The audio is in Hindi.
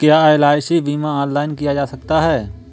क्या एल.आई.सी बीमा ऑनलाइन किया जा सकता है?